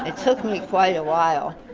ah took me quite a while.